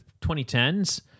2010s